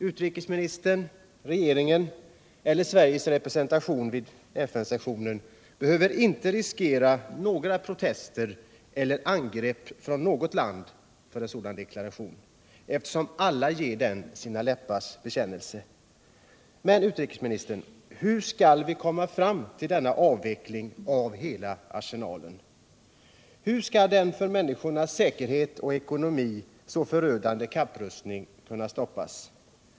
Utrikesministern, regeringen eller Sveriges representation vid FN-sessionen behöver inte riskera några protester eller angrepp från något land för en sådan deklaration, eftersom alla ger den sina läppars bekännelse. Men, utrikesministern, hur skall vi komma fram till denna avveckling av hela arsenalen? Hur skall den för människornas säkerhet och ekonomi så förödande kapprustningen kunna stoppas?